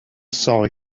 psi